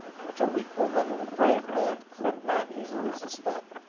which a weak woman and a brave man could not easily suspect.